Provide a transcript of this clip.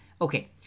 Okay